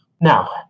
Now